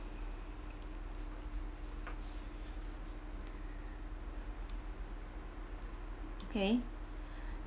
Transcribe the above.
okay